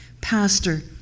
pastor